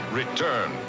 return